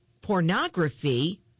pornography